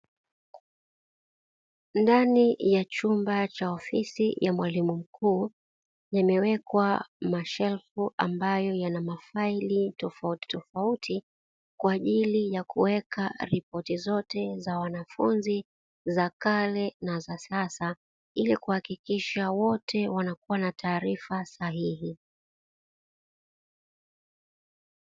Ndani ya chumba cha ofisi ya mwalimu mkuu, yamewekwa mashelfu ambayo yana mafaili tofautitofauti kwa ajili ya kuweka ripoti zote za wanafunzi za kale na za sasa, ili kuhakikisha wote wanakua na taarifa sahihi.